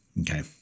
Okay